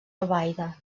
albaida